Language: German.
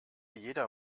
jeder